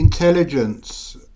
Intelligence